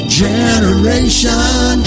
generation